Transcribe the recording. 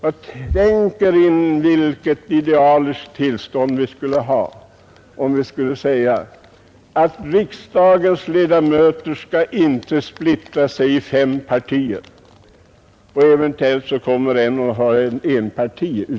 Tänk er vilket idealiskt tillstånd vi skulle ha om vi sade att riksdagens ledamöter skall inte splittra sig i fem partier! Eventuellt skulle någon då ha ett eget parti.